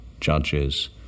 judges